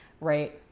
right